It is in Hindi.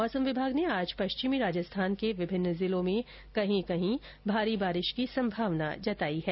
मौसम विभाग ने आज पश्चिमी राजस्थान के विभिन्न जिलों में कहीं कहीं भारी बारिश की संभावना जताई है